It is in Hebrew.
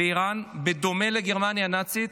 ואיראן, בדומה לגרמניה הנאצית,